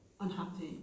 unhappy